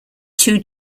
two